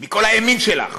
מכל הימין שלך.